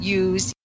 use